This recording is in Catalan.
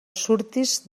surtis